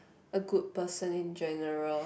a good person in general